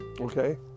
Okay